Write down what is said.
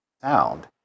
sound